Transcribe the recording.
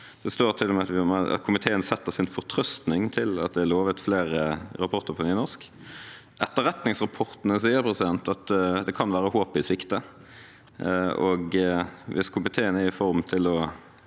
komiteen «setter sin fortrøstning til» at det er lovet flere rapporter på nynorsk. Etterretningsrapportene sier at det kan være håp i sikte. Hvis komiteen er i form til å